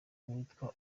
uwitwa